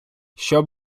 щоб